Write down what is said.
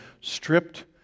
stripped